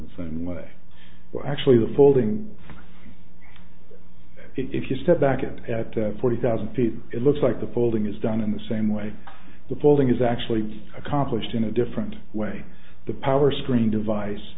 the same way well actually the folding if you step back it at forty thousand feet it looks like the folding is done in the same way the folding is actually accomplished in a different way the power screen device